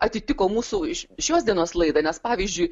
atitiko mūsų iš šios dienos laidą nes pavyzdžiui